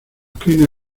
crines